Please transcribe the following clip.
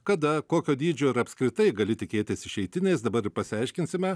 kada kokio dydžio ir apskritai gali tikėtis išeitinės dabar ir pasiaiškinsime